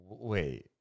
wait